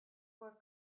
were